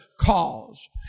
cause